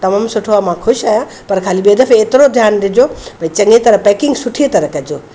तमामु सुठो आहे मां ख़ुशि आहियां पर खाली ॿिए दफ़े एतिरो ध्यानु ॾिजो भई चङी तरह पैकिंग सुठी तरह कजो